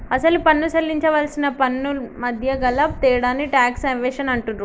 అసలు పన్ను సేల్లించవలసిన పన్నుమధ్య గల తేడాని టాక్స్ ఎవేషన్ అంటుండ్రు